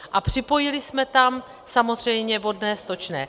A připojili jsme tam samozřejmě vodné, stočné.